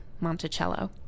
Monticello